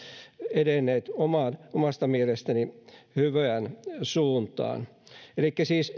edenneet omasta omasta mielestäni hyvään suuntaan elikkä siis